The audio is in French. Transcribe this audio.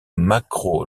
macro